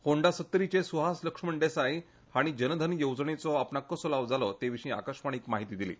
होंडा सत्तरीचे सुहास लक्ष्मण देसाई हांणी जनधन येवजणेचो आपणाक कसो लाव जालो ते विशीं आकाशवाणीक म्हायती दिली